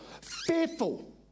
fearful